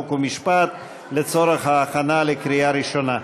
חוק ומשפט לצורך הכנה לקריאה ראשונה.